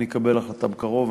אני אקבל החלטה בקרוב,